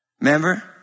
Remember